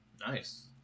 Nice